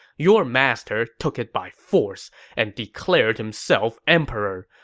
your master took it by force and declared himself emperor.